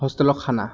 হোষ্টেলৰ খানা